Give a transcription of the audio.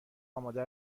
آماده